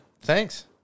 thanks